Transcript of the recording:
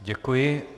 Děkuji.